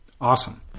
awesome